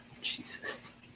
Jesus